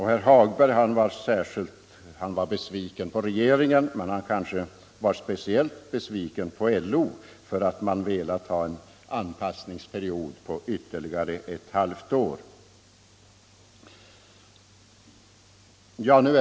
Herr Hagberg var besviken på regeringen, men han var kanske framför allt besviken på LO, som velat ha en anpassningsperiod på ytterligare ett halvt år.